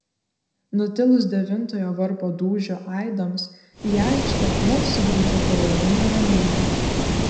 nutilus devintojo varpo dūžio aidams į aikštę vėl sugrįžo palaiminga ramybė